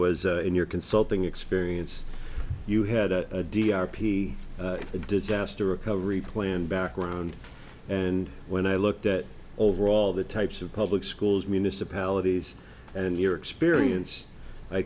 was in your consulting experience you had a d r p disaster recovery plan background and when i looked at overall the types of public schools municipalities and your experience i